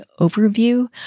overview